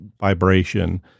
vibration